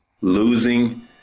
Losing